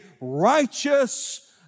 righteous